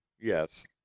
Yes